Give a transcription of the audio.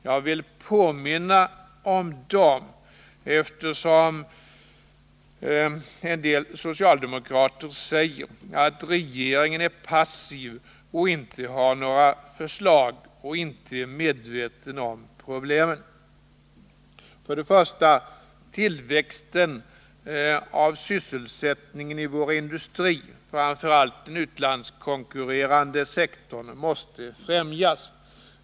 Jag vill påminna om dem, eftersom en del socialdemokrater säger att regeringen är passiv och inte har några förslag och inte är medveten om problemen. Vi måste främja tillväxten av sysselsättningen inom vår industri, framför allt den utlandskonkurrerande sektorn.